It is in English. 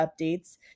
updates